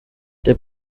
der